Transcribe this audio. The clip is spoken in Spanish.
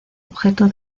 objeto